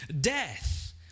death